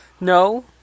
No